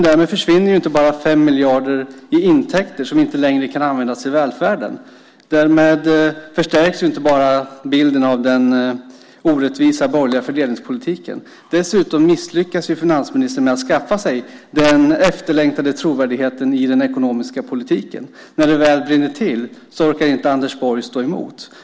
Därmed försvinner inte bara 5 miljarder i intäkter som inte längre kan användas i välfärden. Därmed förstärks inte bara bilden av den orättvisa borgerliga fördelningspolitiken. Dessutom misslyckas ju finansministern med att skaffa sig den efterlängtade trovärdigheten i den ekonomiska politiken. När det väl brinner till orkar inte Anders Borg stå emot.